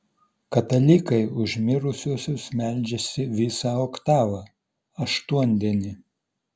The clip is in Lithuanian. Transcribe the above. katalikai už mirusiuosius meldžiasi visą oktavą aštuondienį